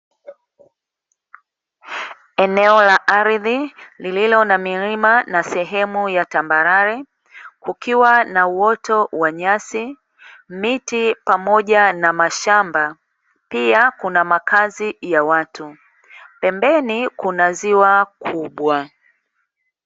Eneo la ardhi, lililo na milima na sehemu ya tambarare, kukiwa na uoto wa nyasi, miti, pamoja na mashamba, pia kuna makazi ya watu. Pembeni kuna ziwa kubwa.